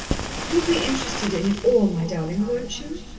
you'll be interested in it all, my darling, won't you?